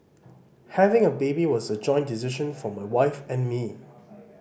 having a baby was a joint decision for my wife and me